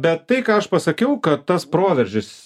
bet tai ką aš pasakiau kad tas proveržis